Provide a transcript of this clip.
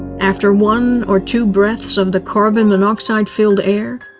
after one or two breaths of the carbon monoxide-filled air,